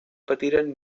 patiren